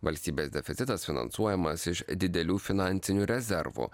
valstybės deficitas finansuojamas iš didelių finansinių rezervų